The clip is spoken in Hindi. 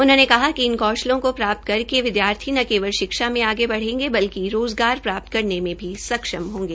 उन्होंने कहा कि इन कौशलों को प्राप्त करके विदयार्थी न केवल शिक्षा में आगे बढ़ पाएंगे बल्कि रोजगार प्राप्त करने में सक्षम होंगे